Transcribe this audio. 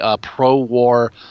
pro-war